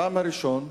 הטעם הראשון,